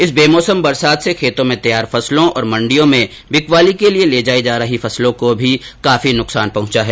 इस बेमौसम बरसात से खेतों में तैयार फसलों और मंडियों में बिकवाली के लिए ले जा रही फसलों को भी काफी नुकसान पहुंचा है